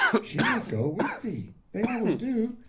she will go with thee. they always do.